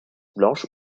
blanche